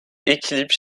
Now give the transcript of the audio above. équilibre